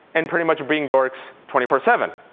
and pretty much being dorks, twenty four seven.